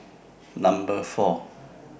Number four